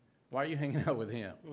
why are you hanging out with him,